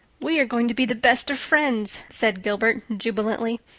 we are going to be the best of friends, said gilbert, jubilantly.